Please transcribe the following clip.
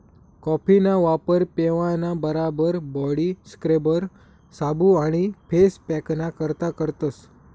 कॉफीना वापर पेवाना बराबर बॉडी स्क्रबर, साबू आणि फेस पॅकना करता करतस